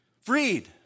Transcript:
freed